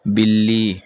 बिल्ली